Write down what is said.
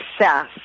success